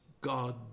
God